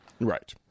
right